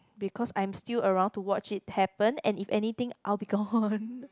because I'm still around to watch it happen and if anything I'll be gone